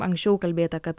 anksčiau kalbėta kad